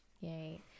yay